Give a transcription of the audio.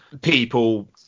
people